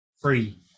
free